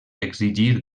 exigir